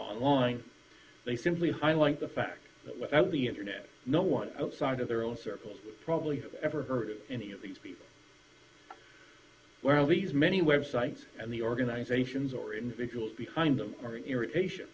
online they simply highlight the fact that without the internet no one outside of their own circle probably have ever heard of any of these people where all these many websites and the organizations or individuals behind them are irritation